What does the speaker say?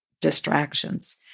distractions